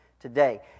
today